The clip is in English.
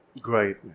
Great